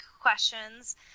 questions